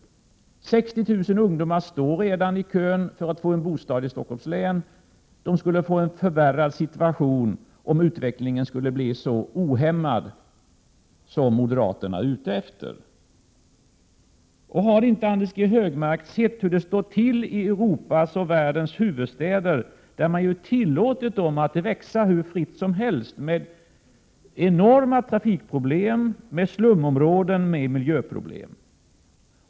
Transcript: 60 000 ungdomar står redan i kö för att få en bostad i Stockholms län. De skulle få en förvärrad situation om utvecklingen skulle bli så ohämmad som moderaterna är ute efter. Harinte Anders G Högmark sett hur det står till ute i Europas och världens huvudstäder, som man har tillåtit att växa hur fritt som helst? De har enorma trafikproblem, slumområden och miljöproblem.